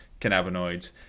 cannabinoids